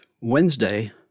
Wednesday